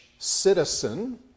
citizen